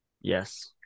Yes